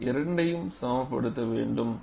நாம் இரண்டையும் சமப்படுத்த வேண்டும்